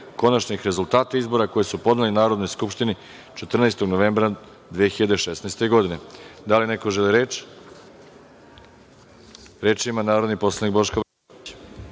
konačnih rezultata izbora, koji sui podneli Narodnoj skupštini 14. novembra 2016. godine. Da li neko želi reč? Reč ima narodni poslanik Boško Obradović.